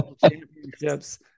championships